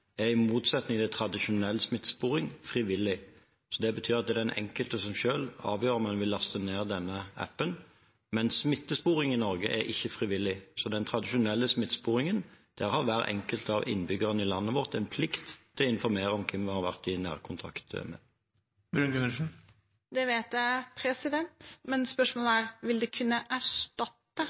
er, i motsetning til tradisjonell smittesporing, frivillig. Det betyr at det er den enkelte selv som avgjør om en vil laste ned denne appen, men smittesporing i Norge er ikke frivillig, så i den tradisjonelle smittesporingen har hver enkelt av innbyggerne i landet vårt en plikt til å informere om hvem man har vært i nærkontakt med. Det vet jeg, men spørsmålet er: Vil det kunne erstatte